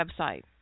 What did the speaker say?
website